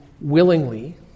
willingly